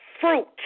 fruit